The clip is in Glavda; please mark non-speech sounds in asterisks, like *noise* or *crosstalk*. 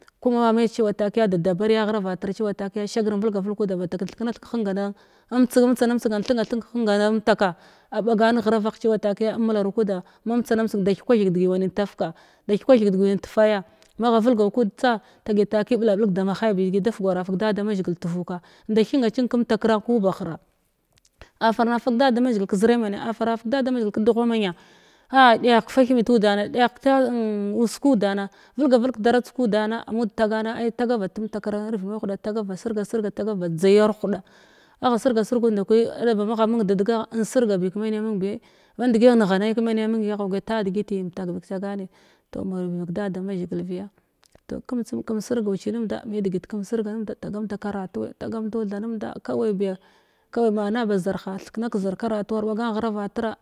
Kuma ma ma’i cewa takiya de dabarya ghravate cewa takiya shagra invelga velg kuda mbatak ke kengana amtsgi man mtsan nam tsiga i nthenka thenk kəhengamtaka a ɓagan ghravagh cewa takiya a mularu kuda mam tsanan tsy da thekwa theg wanin tafka da thekwa wanin te faya ma ghau vilgan kud tsa tagi taki ɓulal bulg da maha’ibba degi da fugara fug dada mazhigil tuvukwa inda cinga cing kem takra ki ba bahira a fara fug da da mazhigil kəzira menna á fara fig da ma ma zhigil ƙadugha menna á dagh kəfathimi tudana degh kəta *unintelligible* us kudana velgavelg kadardz kudanan a mud tagana ai tagar ba temtakva aarvid mahuda tagav tagar bad dzagya huda agha sirgakud ndakir adaba agha mung de dighagha in sirgabi kəmena mung bi bandgi nghane kemena agha guya ta digiti mtakni kətagani toh marobi vak da da mazhigil biya toh kamnd tsum kamsirgau tha nimnd me digit kəm sirga numnd tagam tagamnda karatuwe taga m ndau tha numnd kawai ma na ba zarha thekna kəzir biya karatu ar bagan ghrava tina